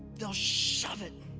they'll shove it